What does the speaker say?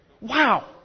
Wow